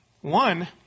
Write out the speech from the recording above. One